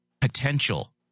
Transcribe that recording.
potential